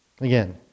Again